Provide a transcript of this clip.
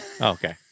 Okay